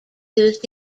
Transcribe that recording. used